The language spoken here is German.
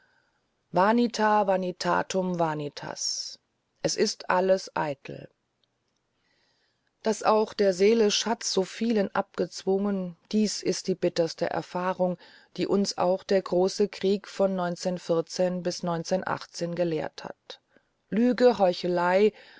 vanitatum vanitas es ist alles eitel daß auch der seelen schatz so vielen abgezwungen dies ist die bitterste erfahrung die uns auch der große krieg von bis gelehrt hat lüge heuchelei